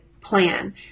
plan